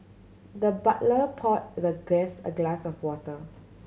the butler pour the guest a glass of water